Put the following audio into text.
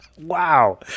wow